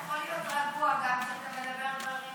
אתה יכול להיות רגוע גם כשאתה אומר דברים מאוד,